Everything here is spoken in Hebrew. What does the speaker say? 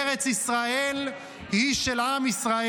ארץ ישראל היא של עם ישראל